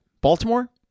Baltimore